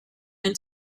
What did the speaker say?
and